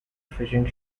fishing